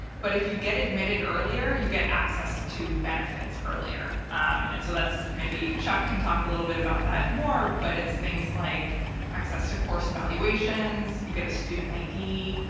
but if you get admitted earlier, you get access to benefits earlier. um and so maybe chuck can talk a little bit about that more. but it's things like access to course evaluations, you get a student id,